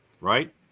right